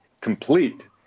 complete